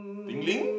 tingling